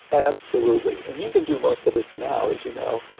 absolutely. and you can do most of this now, as you know.